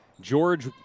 George